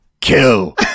kill